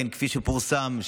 כפי שפורסם,